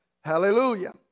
Hallelujah